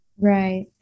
Right